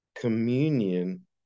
communion